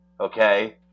okay